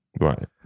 Right